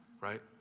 right